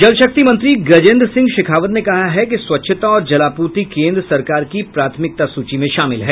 जल शक्ति मंत्री गजेन्द्र सिंह शेखावत ने कहा है कि स्वच्छता और जलापूर्ति केन्द्र सरकार की प्राथमिकता सूची में शामिल है